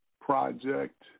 project